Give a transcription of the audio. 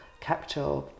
capture